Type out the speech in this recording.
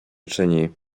czyni